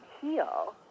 heal